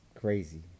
crazy